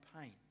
pain